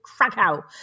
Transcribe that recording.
Krakow